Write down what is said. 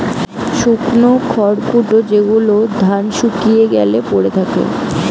শুকনো খড়কুটো যেগুলো ধান শুকিয়ে গ্যালে পড়ে থাকে